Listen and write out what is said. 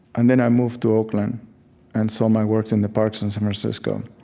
and then i moved to oakland and sold my works in the parks in san francisco,